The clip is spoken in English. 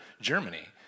Germany